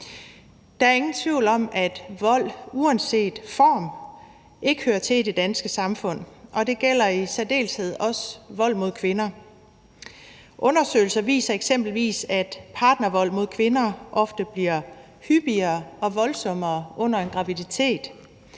Der er ingen tvivl om, at vold uanset form ikke hører til i det danske samfund, og det gælder i særdeleshed vold mod kvinder. Undersøgelser viser eksempelvis, at partnervold mod kvinder ofte bliver hyppigere og voldsommere under en graviditet,